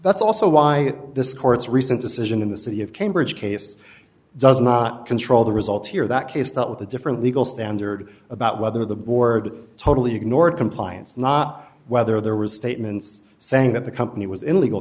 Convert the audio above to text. that's also why this court's recent decision in the city of cambridge case does not control the result here that case that with a different legal standard about whether the board totally ignored compliance not whether there was statements saying that the company was in legal